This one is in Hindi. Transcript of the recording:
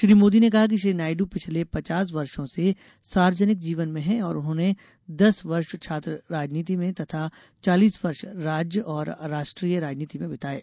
श्री मोदी ने कहा कि श्री नायडू पिछले पचास वर्षों से सार्वजनिक जीवन में हैं और उन्होंने दस वर्ष छात्र राजनीति में तथा चालीस वर्ष राज्य और राष्ट्रीय राजनीति में बिताएं